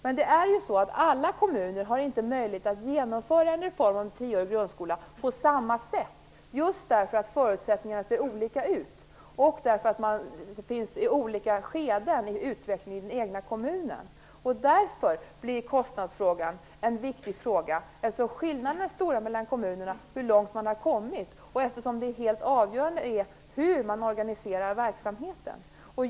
Men alla kommuner har inte möjlighet att genomföra en reform med en tioårig grundskola på samma sätt, just därför att förutsättningarna ser olika ut och därför att det finns olika skeden i utvecklingen i den egna kommunen. Kostnadsfrågan blir en viktig fråga, eftersom skillnaderna mellan kommunerna är stora när det gäller hur långt man har kommit och eftersom det helt avgörande är hur man organiserar verksamheten.